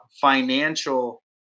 financial